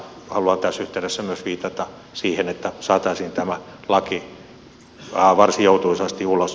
haluan tässä yhteydessä myös viitata siihen että saataisiin tämä laki varsin joutuisasti ulos